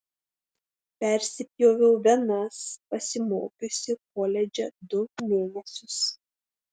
persipjoviau venas pasimokiusi koledže du mėnesius